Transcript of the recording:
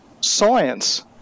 science